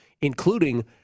including